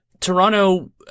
Toronto